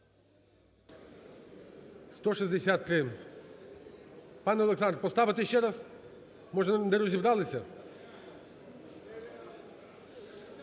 За-163 Пане Олександр, поставити ще раз, може не розібралися?